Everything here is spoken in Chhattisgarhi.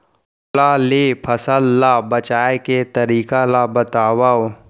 ओला ले फसल ला बचाए के तरीका ला बतावव?